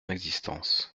existence